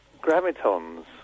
gravitons